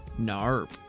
Narp